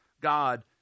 God